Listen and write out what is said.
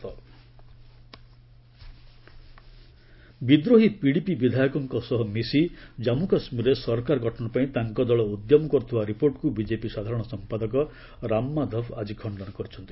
Ram Madhav JK ବିଦ୍ରୋହୀ PDP ବିଧାୟକ ସହ ମିଶି ଜମ୍ମୁ କାଶ୍ମୀରରେ ସରକାର ଗଠନପାଇଁ ତାଙ୍କ ଦଳ ଉଦ୍ୟମ କରୁଥିବା ରିପୋର୍ଟକୁ ବିକେପି ସାଧାରଣ ସମ୍ପାଦକ ରାମ ମାଧବ ଆଜି ଖଣ୍ଡନ କରିଛନ୍ତି